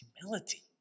humility